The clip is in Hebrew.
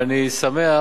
ואני שמח